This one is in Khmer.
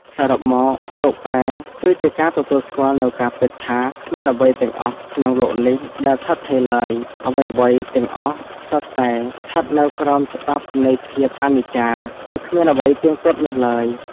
សរុបមក "លោកប្រែ" គឺជាការទទួលស្គាល់នូវការពិតថា គ្មានអ្វីទាំងអស់ក្នុងលោកនេះដែលឋិតថេរឡើយ អ្វីៗទាំងអស់សុទ្ធតែស្ថិតនៅក្រោមច្បាប់នៃភាពអនិច្ចា គឺគ្មានអ្វីទៀងទាត់នោះឡើយ។